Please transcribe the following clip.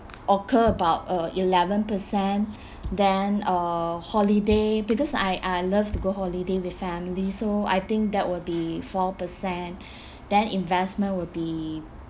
occur about uh eleven percent then uh holiday because I I love to go holiday with family so I think that will be four percent then investment will be